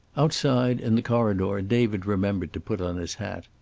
outside, in the corridor, david remembered to put on his hat.